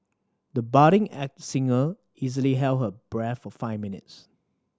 the budding singer easily held her breath for five minutes